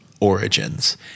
origins